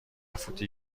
فوتی